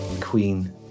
Queen